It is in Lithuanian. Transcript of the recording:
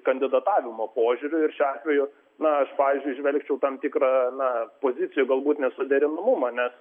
kandidatavimo požiūriu ir šiuo atveju na aš pavyzdžiui įžvelgčiau tam tikrą na pozicijų galbūt nesuderinamumą nes